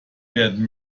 werden